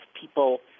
people